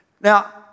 Now